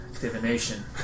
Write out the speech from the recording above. divination